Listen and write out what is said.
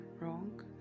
wrong